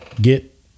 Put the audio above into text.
get